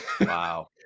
wow